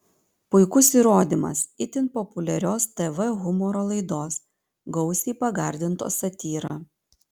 puikus įrodymas itin populiarios tv humoro laidos gausiai pagardintos satyra